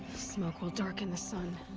smoke will darken the sun.